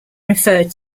referred